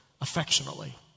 affectionately